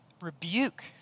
rebuke